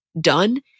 done